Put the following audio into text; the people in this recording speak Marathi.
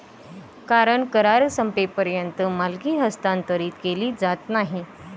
कारण करार संपेपर्यंत मालकी हस्तांतरित केली जात नाही